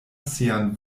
sian